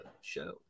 show